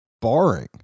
barring